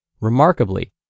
Remarkably